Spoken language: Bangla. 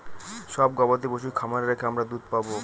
সব গবাদি পশু খামারে রেখে আমরা দুধ পাবো